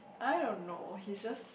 I don't know he's just